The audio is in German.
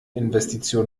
investition